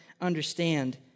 understand